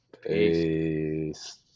Peace